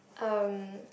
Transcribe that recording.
um